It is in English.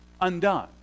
undone